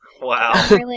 Wow